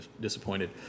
disappointed